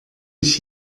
ich